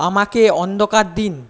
আমাকে অন্ধকার দিন